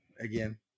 again